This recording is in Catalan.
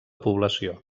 població